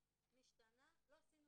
כן,